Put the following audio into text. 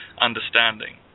understanding